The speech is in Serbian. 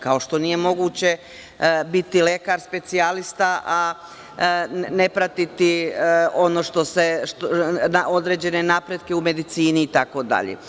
Kao što nije moguće biti lekar specijalista, a ne pratiti određene napretke u medicini, itd.